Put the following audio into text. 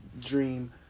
dream